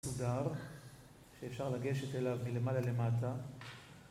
סודר שאפשר לגשת אליו מלמעלה למטה